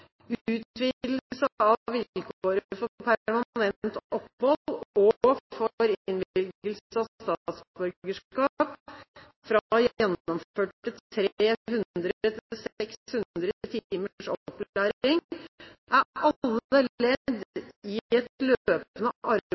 utvidelse av vilkåret for permanent opphold og for innvilgelse av statsborgerskap fra gjennomførte 300 til 600 timers opplæring er alle ledd i et løpende arbeid